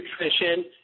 nutrition